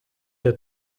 der